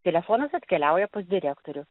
telefonas atkeliauja pas direktorių